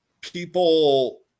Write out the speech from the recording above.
People